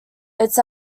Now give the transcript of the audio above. its